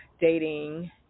dating